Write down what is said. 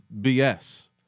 BS